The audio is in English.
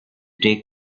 take